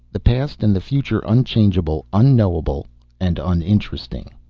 the past and the future unchangeable, unknowable and uninteresting.